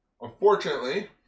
Unfortunately